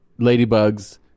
ladybugs